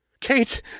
Kate